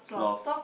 sloth